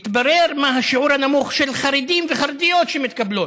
התברר מה השיעור הנמוך של חרדים וחרדיות שמתקבלים.